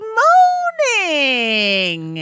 morning